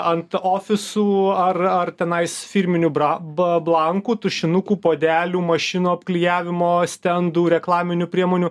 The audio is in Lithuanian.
ant ofisų ar ar tenais firminių bra ba blankų tušinukų puodelių mašinų apklijavimo stendų reklaminių priemonių